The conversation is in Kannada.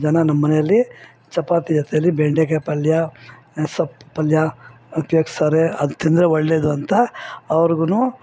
ಜನ ನಮ್ಮಮನೆಯಲ್ಲಿ ಚಪಾತಿ ಜೊತೇಲಿ ಬೆಂಡೆಕಾಯಿ ಪಲ್ಯ ಸೊಪ್ ಪಲ್ಯ ಉಪ್ಯೋಗಿಸ್ತಾರೆ ಅದು ತಿಂದರೆ ಒಳ್ಳೇದು ಅಂತ ಅವ್ರಿಗು